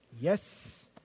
Yes